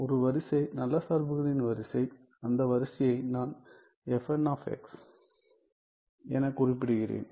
ஒரு வரிசை நல்ல சார்புகளின் வரிசை அந்த வரிசையை நான் எனக் குறிப்பிடுகிறேன்